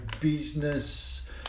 business